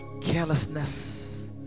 carelessness